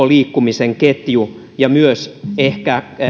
liikkumisen ketju ja myös ehkä